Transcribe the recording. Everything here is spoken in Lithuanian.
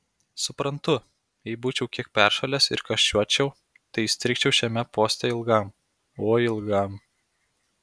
suprantu jei būčiau kiek peršalęs ir karščiuočiau tai įstrigčiau šiame poste ilgam oi ilgam